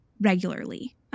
regularly